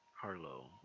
Harlow